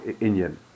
Indian